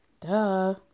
Duh